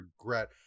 regret